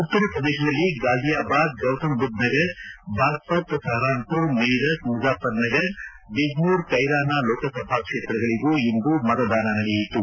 ಉತ್ತರ ಪ್ರದೇಶದಲ್ಲಿ Ghaziabad Gautam Buddh Nagar Baghpat Saharanpur Meerut Muzaffarnagar Bijnor Kairana Lok Sabha ಕ್ಷೇತ್ರಗಳಿಗೂ ಇಂದು ಮತದಾನ ನಡೆಯಿತು